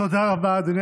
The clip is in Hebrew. תודה רבה, אדוני